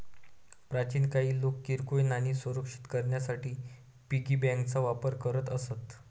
प्राचीन काळी लोक किरकोळ नाणी सुरक्षित करण्यासाठी पिगी बँकांचा वापर करत असत